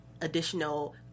additional